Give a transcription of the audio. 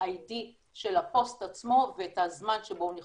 ה-ID של הפוסט עצמו ואת הזמן שבו הוא נכתב,